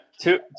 Two